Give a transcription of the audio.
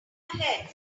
ahead